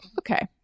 okay